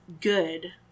good